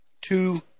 two